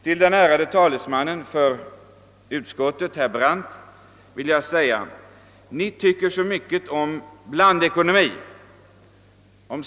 Till den ärade talesmannen för utskottet, herr Brandt, vill jag säga: Ni tycker mycket om blandekonomi.